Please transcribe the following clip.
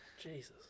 Jesus